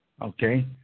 Okay